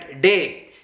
Day